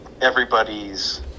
everybody's